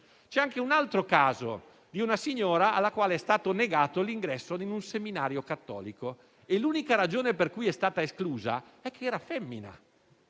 C'è anche un altro caso di una signora alla quale è stato negato l'ingresso in un seminario cattolico e l'unica ragione per cui è stata esclusa è che era femmina